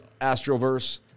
Astroverse